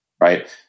right